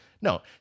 No